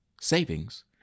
savings